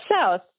South